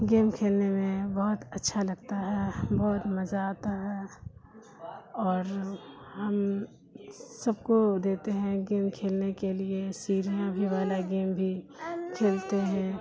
game کھیلنے میں بہت اچھا لگتا ہے بہت مزہ آتا ہے اور ہم سب کو دیتے ہیں گیم کھیلنے کے لیے سیڑھیاں بھی والا گیم بھی کھیلتے ہیں